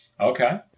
okay